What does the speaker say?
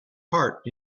heart